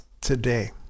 today